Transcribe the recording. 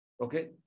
Okay